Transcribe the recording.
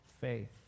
faith